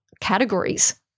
categories